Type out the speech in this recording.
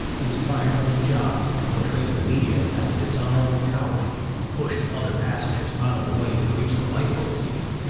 he was fired from his job and portrayed to the media, as dishonorable coward who pushed other passengers out of the way to reach the lifeboats seats.